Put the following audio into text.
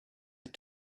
had